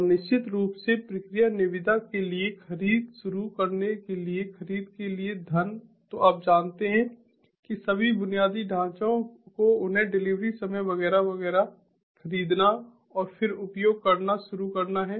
और निश्चित रूप से प्रक्रिया निविदा के लिए खरीद शुरू करने के लिए खरीद के लिए धन तो आप जानते हैं कि सभी बुनियादी ढांचे को उन्हें डिलीवरी समय वगैरह वगैरह खरीदना और फिर उपयोग करना शुरू करना है